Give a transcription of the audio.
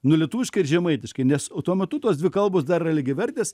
nu lietuviškai ir žemaitiškai nes tuo metu tos dvi kalbos dar lygiavertės